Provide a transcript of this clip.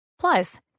Plus